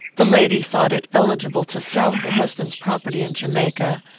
the lady thought it eligible to sell her husband's property in jamaica,